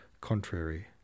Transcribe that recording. contrary